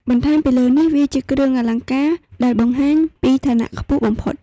បន្ថែមពីលើនេះវាជាគ្រឿងអលង្ការដែលបង្ហាញពីឋានៈខ្ពស់បំផុត។